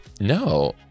no